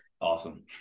awesome